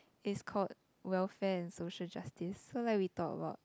it's called welfare and social justice so like we talk about